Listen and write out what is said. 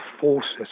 forces